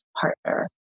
partner